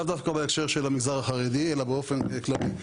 לאו דווקא בהקשר של המגזר החרדי, אלא באופן כללי.